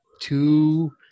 two